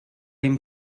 dem